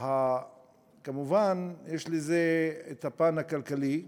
כמובן, יש לזה הפן הכלכלי החשוב,